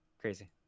crazy